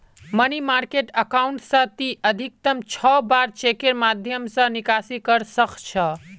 money market account स ती अधिकतम छह बार चेकेर माध्यम स निकासी कर सख छ